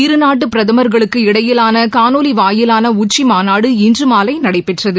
இருநாட்டு பிரதமர்களுக்கு இடையிலாள காணொலி வாயிலாள உச்சி மாநாடு இன்று மாலை நடைபெற்றது